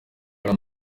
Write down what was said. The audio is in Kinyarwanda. hari